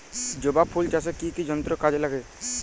জবা ফুল চাষে কি কি যন্ত্র কাজে লাগে?